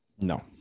No